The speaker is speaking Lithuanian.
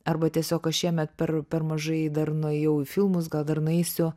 arba tiesiog aš šiemet per per mažai dar nuėjau į filmus gal dar nueisiu